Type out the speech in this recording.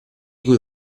cui